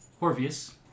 Horvius